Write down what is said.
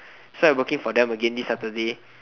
so I working for them again this saturday